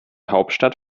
hauptstadt